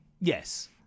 Yes